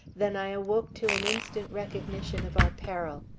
than i awoke to an instant recognition of our peril.